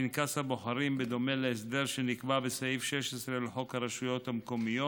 מפנקס הבוחרים בדומה להסדר שנקבע בסעיף 16 לחוק הרשויות המקומיות,